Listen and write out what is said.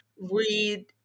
read